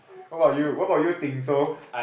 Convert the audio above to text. what about you what about you Ding Zhou